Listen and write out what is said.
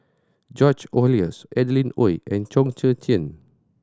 George Oehlers Adeline Ooi and Chong Tze Chien